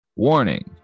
Warning